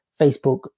Facebook